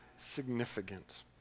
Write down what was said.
significant